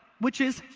which is,